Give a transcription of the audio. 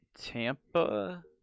Tampa